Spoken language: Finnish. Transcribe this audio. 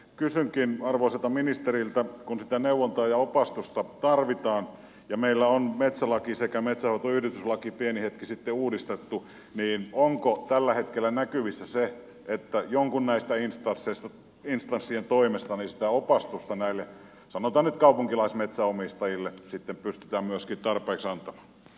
kysynkin arvoisalta ministeriltä kun sitä neuvontaa ja opastusta tarvitaan ja meillä on metsälaki sekä metsänhoitoyhdistyslaki pieni hetki sitten uudistettu että onko tällä hetkellä näkyvissä se että näistä instansseista jonkun toimesta sitä opastusta näille sanotaan nyt kaupunkilaismetsänomistajille sitten pystytään myöskin tarpeeksi antamaan